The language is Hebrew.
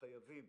חייבים